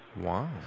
wow